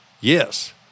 yes